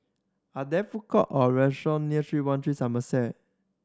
are there food court or restaurant near Three One Three Somerset